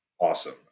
awesome